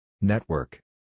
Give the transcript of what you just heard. Network